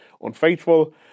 Unfaithful